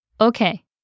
Okay